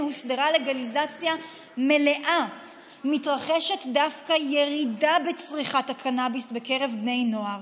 הוסדרה לגליזציה מלאה מתרחשת דווקא ירידה בצריכת הקנביס בקרב בני נוער.